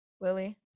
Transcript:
lily